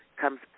comes